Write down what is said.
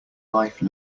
life